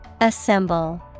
Assemble